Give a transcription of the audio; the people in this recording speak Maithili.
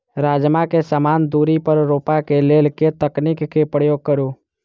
राजमा केँ समान दूरी पर रोपा केँ लेल केँ तकनीक केँ प्रयोग करू?